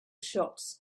shots